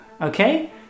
Okay